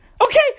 okay